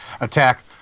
attack